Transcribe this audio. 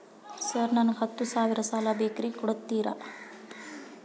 Sir ನನಗ ಹತ್ತು ಸಾವಿರ ಸಾಲ ಬೇಕ್ರಿ ಕೊಡುತ್ತೇರಾ?